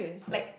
like